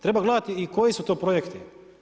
Treba gledati i koji su to projekti.